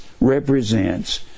represents